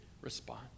respond